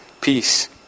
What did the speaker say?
peace